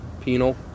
penal